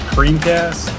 Creamcast